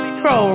pro